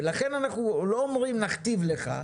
ולכן אנחנו לא אומרים נכתיב לך,